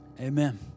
amen